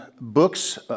books